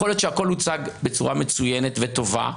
יכול להיות שהכול הוצג בצורה מצוינת וטובה,